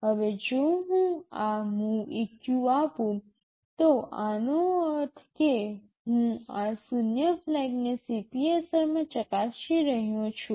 હવે જો હું આ MOVEQ આપું તો આનો અર્થ એ કે હું આ શૂન્ય ફ્લેગ ને CPSR માં ચકાસી રહ્યો છું